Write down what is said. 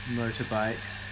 motorbikes